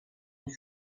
les